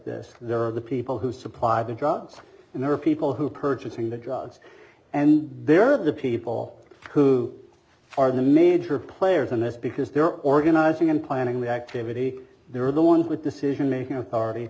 this there are the people who supply the drugs and there are people who are purchasing the drugs and they're the people who are the major players in this because they're organizing and planning the activity they're the ones with decision making authority